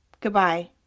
Goodbye